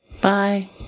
Bye